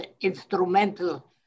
instrumental